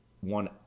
one